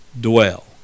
dwell